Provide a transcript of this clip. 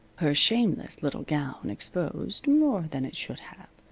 her shameless little gown exposed more than it should have.